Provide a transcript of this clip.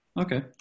Okay